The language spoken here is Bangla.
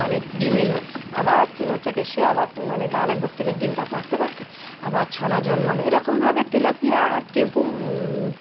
মানে ডিম এলো আবার হচ্ছে ক সে আবার মানে গালের ওপর থেকে ডিমটা পাড়তে পাড়তে আবার ছানা জন্মালো এরকমভাবে তেলাপিয়া আর টেম্পু